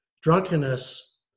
drunkenness